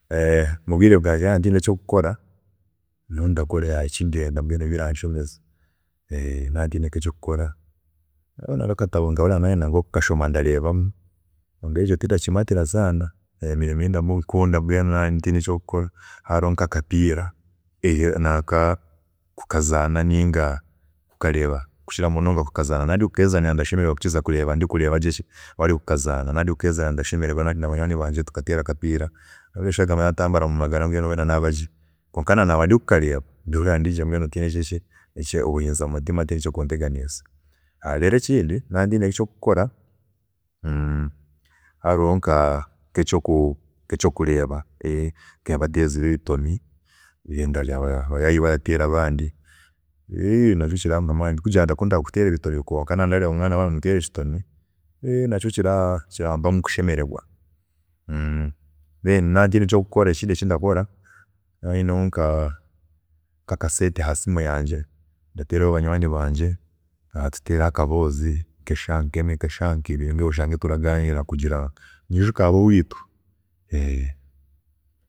Omubwiire bwangye naaba ntiine kyokukora, nyowe ndakora ekindeenda mbweenu ebiranshemeza, nantiine nkekyokukora, haaba hariho nka katabo nkahurira nayenda nkokukashoma ndareebamu kwonka ekyo tindakimatira saana, ebindi ebindakunda mbwenu naaba ntiine ekyokukora, haaba hariho nka akapiira, kukareeba ninga kukazaana, kukira munonga kukazaana, naaba ndi kukeezaanira ndashemererwa kukira kukareeba ndi kureeba abari kukazaana, naaba ndi kukezaanira ndashemererwa ndi nabanywaani bangye tukateera akapiira, ndahurira eshagama yatambura mumagara mbwenu weena nabagye, kwonka na naaba ndi kukareeba ndahurira ndi gye mbwenu weena ntiine buhinza mutima ntiine ekiri kunteganiisa. Kandi nekindi naaba ntine kyokukora, hariho nka nkekyokureeba nkabateezi bentome abayaayi bari kuteera abandi, nakyo kirampa amaani kugira ngu ndakunda kuteera ebitomi, kwonka naaba ndareeba omwana baramuteera ekitomi, nakyo kirampamu kushemererwa, then nabantiine ekyokukora ekindi ekindakora, naaba nyinemu nkakasente hasimu yangye nteerereho banywaani bangye turagyenda tuteere akaboozi nkeshaaha nkibiri, nkeshaaha nkishatu kugira ijuka aboweitu